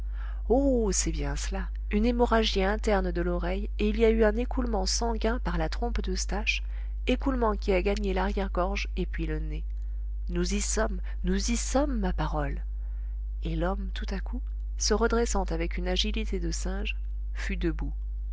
oh c'est bien cela une hémorragie interne de l'oreille et il y a eu un écoulement sanguin par la trompe d'eustache écoulement qui a gagné larrière gorge et puis le nez nous y sommes nous y sommes ma parole et l'homme tout à coup se redressant avec une agilité de singe fut debout